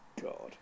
God